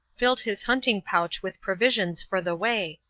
filled his hunting-pouch with provisions for the way,